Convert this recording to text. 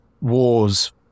wars